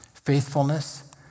Faithfulness